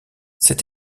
cette